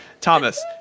Thomas